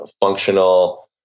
functional